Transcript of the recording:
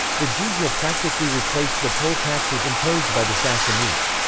the jizya practically replaced the poll taxes imposed by the sassanids.